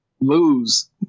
lose